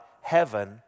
Heaven